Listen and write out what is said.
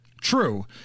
true